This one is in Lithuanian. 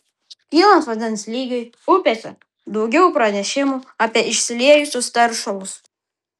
kylant vandens lygiui upėse daugiau pranešimų apie išsiliejusius teršalus